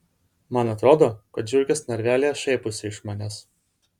man atrodo kad žiurkės narvelyje šaiposi iš manęs